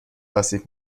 آسیب